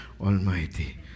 almighty